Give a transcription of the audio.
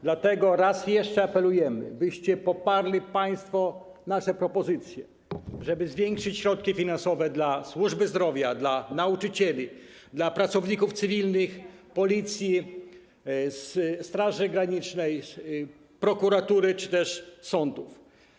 Dlatego raz jeszcze apelujemy, byście państwo poparli nasze propozycje, żeby zwiększyć środki finansowe dla służby zdrowia, dla nauczycieli, dla pracowników cywilnych Policji, Straży Granicznej, prokuratury czy też sądów.